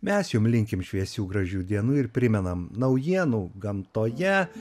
mes jum linkim šviesių gražių dienų ir primenam naujienų gamtoje